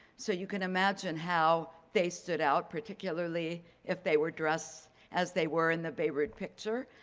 so you can imagine how they stood out, particularly if they were dressed as they were in the beirut picture,